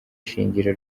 shingiro